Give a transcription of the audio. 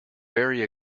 very